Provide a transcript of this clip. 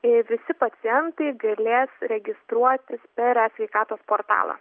ir visi pacientai galės registruotis per e sveikatos portalą